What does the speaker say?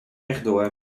rechtdoor